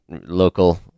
local